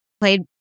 played